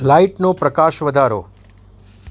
લાઇટનો પ્રકાશ વધારો